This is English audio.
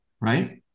right